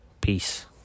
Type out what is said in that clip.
Peace